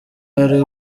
ari